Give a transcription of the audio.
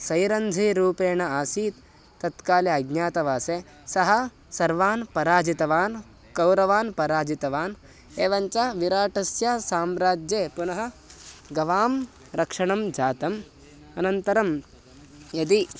सैरन्ध्री रूपेण आसीत् तत्काले अज्ञातवासे सः सर्वान् पराजितवान् कौरवान् पराजितवान् एवञ्च विराटस्य साम्राज्ये पुनः गवां रक्षणं जातम् अनन्तरं यदि